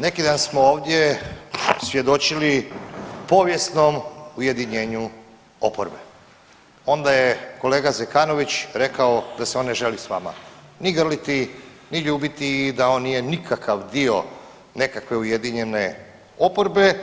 Nekidan smo ovdje svjedočili povijesnom ujedinjenju oporbe, onda je kolega Zekanović rekao da se on ne želi s vama ni grliti ni ljubiti i da on nije nikakav dio nekakve ujedinjene oporbe,